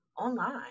online